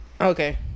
Okay